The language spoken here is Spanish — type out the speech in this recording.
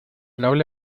noble